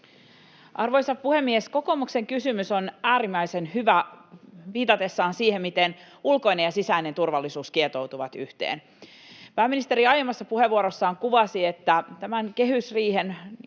Arvoisa puhemies! Kokoomuksen kysymys on äärimmäisen hyvä viitatessaan siihen, miten ulkoinen ja sisäinen turvallisuus kietoutuvat yhteen. Pääministeri aiemmassa puheenvuorossaan kuvasi, että tämän kehysriihen pääviesti